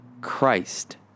Christ